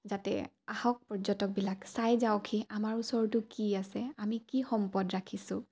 যাতে আহক পৰ্যটকবিলাক চাই যাওকহি আমাৰ ওচৰটো কি আছে আমি কি সম্পদ ৰাখিছোঁ